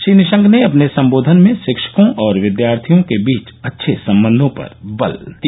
श्री निशंक ने अपने संबोधन में शिक्षकों और विद्यार्थियों के बीच अच्छे संबंधों पर बल दिया